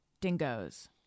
Dingoes